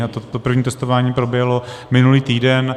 A to první testování proběhlo minulý týden.